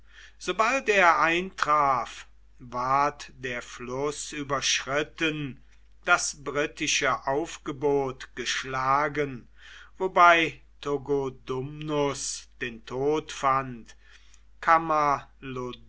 sobald er eintraf ward der fluß überschritten das britische aufgebot geschlagen wobei togodumnus den tod fand